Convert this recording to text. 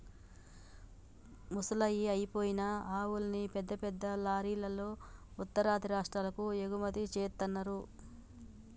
ముసలయ్యి అయిపోయిన ఆవుల్ని పెద్ద పెద్ద లారీలల్లో ఉత్తరాది రాష్టాలకు ఎగుమతి జేత్తన్నరు